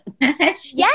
yes